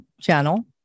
channel